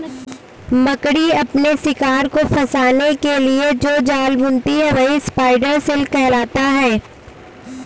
मकड़ी अपने शिकार को फंसाने के लिए जो जाल बुनती है वही स्पाइडर सिल्क कहलाता है